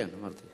כן, אמרתי.